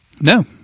No